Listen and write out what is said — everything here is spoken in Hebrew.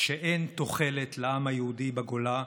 שאין תוחלת לעם היהודי בגולה,